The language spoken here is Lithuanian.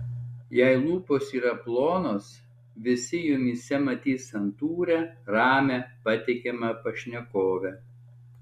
jei lūpos yra plonos visi jumyse matys santūrią ramią patikimą pašnekovę